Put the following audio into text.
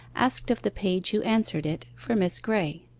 asked of the page who answered it for miss graye.